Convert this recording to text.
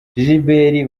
gilbert